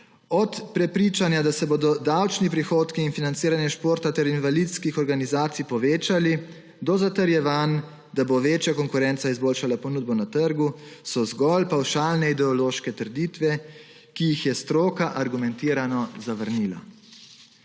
od prepričanja, da se bodo davčni prihodki in financiranje športa ter invalidskih organizacij povečali, do zatrjevanj, da bo večja konkurenca izboljšala ponudbo na trgu, so zgolj pavšalne ideološke trditve, ki jih je stroka argumentirano zavrnila.